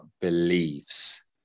believes